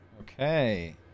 Okay